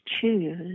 choose